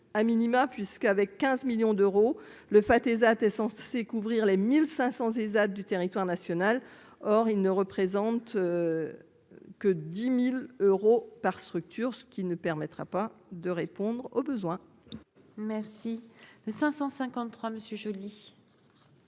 a minima, puisqu'avec 15 millions d'euros, le Fath that est censée couvrir les 1500 du territoire national, or il ne représentent que 10000 euros par structure, ce qui ne permettra pas de répondre aux besoins. Merci le 553 monsieur